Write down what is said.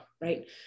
right